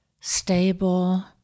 stable